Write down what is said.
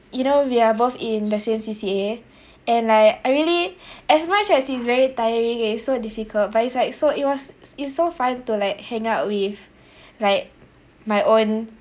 you know we are both in the same C_C_A and like I really as much as it's very tiring and it's so difficult but it's like so it was s~ it's so fun to like hang out with like my own